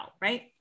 Right